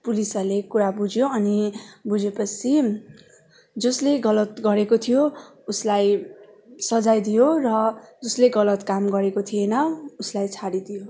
पुलिसहरूले कुरा बुझ्यो अनि बुझेपछि जसले गलत गरेको थियो उसलाई सजाय दियो र जसले गलत काम गरेको थिएन उसलाई छाडिदियो